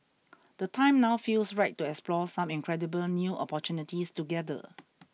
the time now feels right to explore some incredible new opportunities together